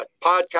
podcast